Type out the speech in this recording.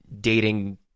dating